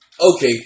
Okay